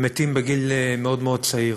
ומתים בגיל מאוד מאוד צעיר.